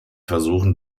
versuchen